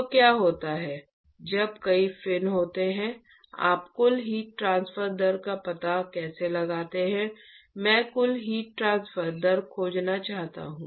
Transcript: तो क्या होता है जब कई फिन होते हैं आप कुल हीट ट्रांसफर दर का पता कैसे लगाते हैं मैं कुल हीट ट्रांसफर दर खोजना चाहता हूं